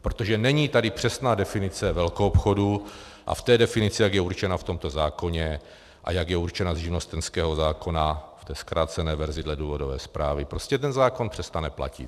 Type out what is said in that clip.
Protože není tady přesná definice velkoobchodu a v té definici, jak je určena v tomto zákoně a jak je určena z živnostenského zákona ve zkrácené verzi dle důvodové zprávy, prostě ten zákon přestane platit.